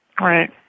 Right